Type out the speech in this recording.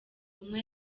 umwe